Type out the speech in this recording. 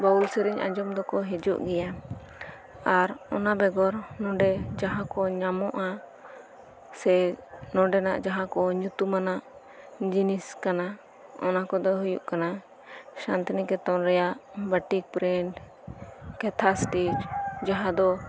ᱵᱟᱣᱩᱞ ᱥᱮᱨᱮᱧ ᱟᱸᱡᱚᱢ ᱫᱚᱠᱚ ᱦᱤᱡᱩᱜ ᱜᱮᱭᱟ ᱟᱨ ᱚᱱᱟ ᱵᱮᱜᱚᱨ ᱱᱚᱰᱮ ᱡᱟᱦᱟᱸ ᱠᱚ ᱧᱟᱢᱚᱜᱼᱟ ᱥᱮ ᱱᱚᱰᱮᱱᱟᱜ ᱡᱟᱦᱟᱸ ᱠᱚ ᱧᱩᱛᱩᱢᱟᱱᱟᱜ ᱡᱤᱱᱤᱥ ᱠᱟᱱᱟ ᱚᱱᱟ ᱠᱚᱫᱚ ᱦᱩᱭᱩᱜ ᱠᱟᱱᱟ ᱥᱟᱱᱛᱤᱱᱤᱠᱮᱛᱚᱱ ᱨᱮᱭᱟᱜ ᱵᱟᱴᱤ ᱯᱨᱤᱱᱴ ᱠᱟᱛᱷᱟᱥᱴᱤᱪ ᱡᱟᱦᱟᱸ ᱫᱚ